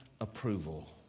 approval